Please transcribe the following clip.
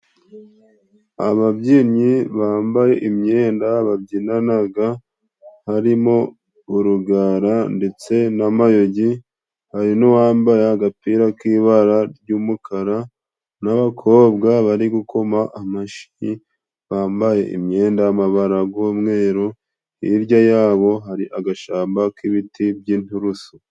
Ababyinnyi bambaye imyenda babyinanaga harimo urugara ndetse na mayogi, hari n'uwambaye agapira k'ibara ry'umukara, n'abakobwa bari gukoma amashyi bambaye imyenda y'amabara y'umweru. Hirya yabo hari agashamba k'ibiti by'inturusu.